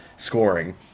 scoring